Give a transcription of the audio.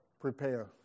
Prepare